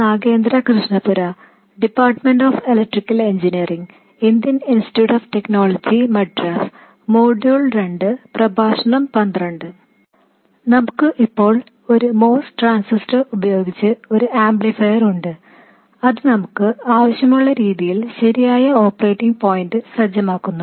നമുക്ക് ഇപ്പോൾ ഒരു MOS ട്രാൻസിസ്റ്റർ ഉപയോഗിച്ചുള്ള ഒരു ആംപ്ലിഫയർ ഉണ്ട് അത് നമുക്ക് ആവശ്യമുള്ള രീതിയിൽ ശരിയായ ഓപ്പറേറ്റിംഗ് പോയിന്റ് സജ്ജമാക്കുന്നു